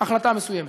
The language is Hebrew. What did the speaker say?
החלטה מסוימת.